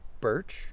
birch